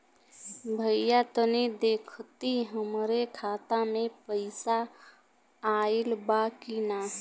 भईया तनि देखती हमरे खाता मे पैसा आईल बा की ना?